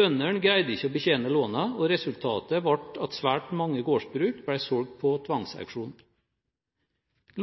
Bøndene greide ikke å betjene lånene, og resultatet ble at svært mange gårdsbruk ble solgt på tvangsauksjon.